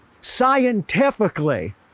scientifically